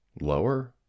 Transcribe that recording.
lower